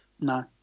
No